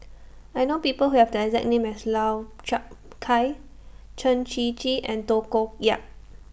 I know People Who Have The exact name as Lau Chiap Khai Chen Shiji and Tay Koh Yat